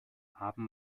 haben